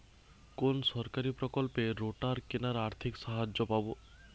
কোন সরকারী প্রকল্পে রোটার কেনার আর্থিক সাহায্য পাব?